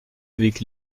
avec